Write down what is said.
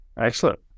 Excellent